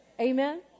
Amen